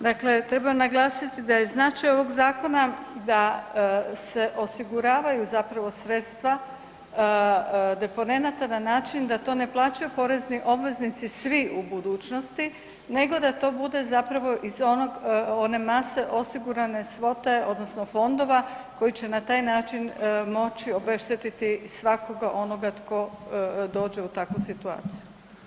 Dakle treba naglasiti da je značaj ovog zakona da se osiguravaju sredstva deponenata na način da to ne plaćaju porezni obveznici svi u budućnosti nego da to bude iz one mase osigurane svote odnosno fondova koji će na taj način moći obeštetiti svakoga onoga tko dođe u takvu situaciju.